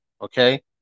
Okay